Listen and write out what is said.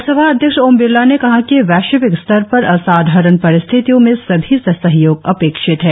लोकसभा अध्यक्ष ओम बिरला ने कहा कि वैश्विक स्तर पर असाधारण परिस्थितियों में सभी से सहयोग अपेक्षित है